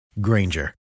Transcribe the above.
Granger